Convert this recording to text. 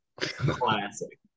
Classic